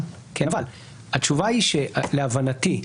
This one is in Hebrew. להבנתי,